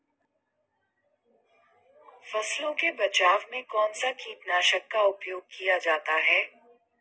फसलों के बचाव में कौनसा कीटनाशक का उपयोग किया जाता है?